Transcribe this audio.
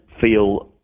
feel